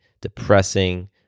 depressing